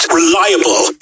reliable